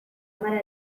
hamar